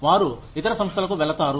వారు ఇతర సంస్థలకు వెళతారు